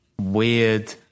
weird